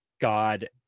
god